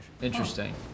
Interesting